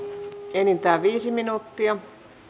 enintään viisi minuuttia